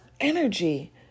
energy